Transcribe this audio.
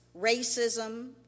racism